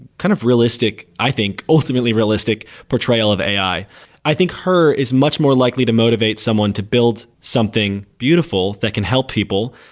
kind of realistic, i think, ultimately realistic portrayal of ai i think her is much more likely to motivate someone to build something beautiful that can help people.